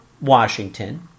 Washington